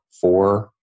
four